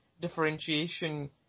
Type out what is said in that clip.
differentiation